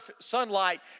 sunlight